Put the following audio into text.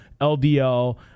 LDL